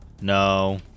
No